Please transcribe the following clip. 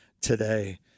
today